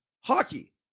hockey